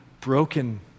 broken